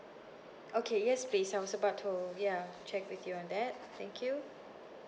okay yes please I was about to ya check with you on that thank you